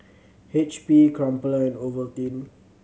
H P Crumpler and Ovaltine